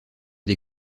des